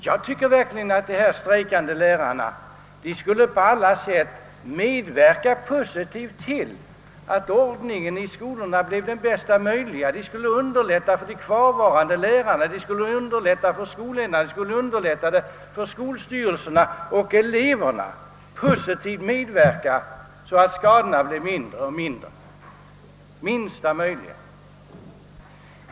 Jag tycker verkligen att dessa strejkande lärare på allt sätt skulle medverka positivt till att ordningen i skolorna blir den bästa och underlätta för kvarvarande lärare, skolor, skolstyrelser och elever, så att skadorna blir de minsta möjliga.